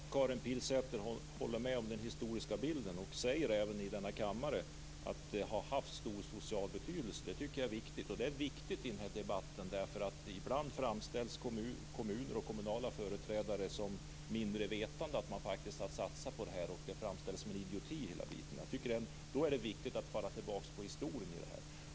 Fru talman! Det är bra att Karin Pilsäter håller med om den historiska bilden och även i denna kammare säger att det kommunala fastighetsägandet har haft stor social betydelse. Det tycker jag är viktigt. Det är viktigt att säga det i denna debatt, därför att kommuner och kommunala företrädare ibland framställs som mindre vetande. Att man faktiskt har satsat på detta framställs som en idioti. Då är det viktigt att falla tillbaks på historien.